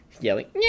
yelling